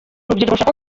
rushaka